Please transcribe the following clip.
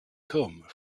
come